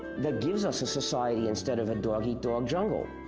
that gives us a society instead of a dog-eat-dog jungle.